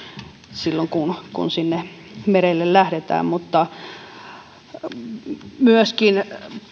silloin kun kun sinne merelle lähdetään myöskin